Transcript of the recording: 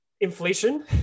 inflation